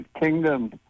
Kingdom